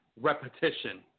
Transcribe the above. repetition